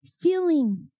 Feeling